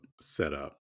setup